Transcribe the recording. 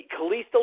Kalisto